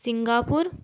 Singapore